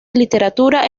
literatura